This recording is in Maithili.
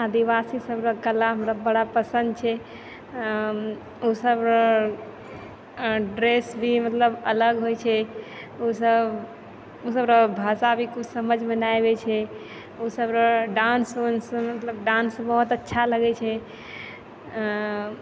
आदिवासी सब रऽ कला हमरा बड़ा पसन्द छै उसब रऽ ड्रेस भी मतलब अलग होइ छै उसब रऽ भाषा भी किछु समझमे ना आबै छै उसब रऽ डान्स उन्स मतलब डान्स बहुत अच्छा लागै छै